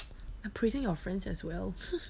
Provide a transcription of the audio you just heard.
and praising your friends as well